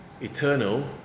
eternal